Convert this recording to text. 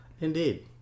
indeed